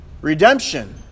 redemption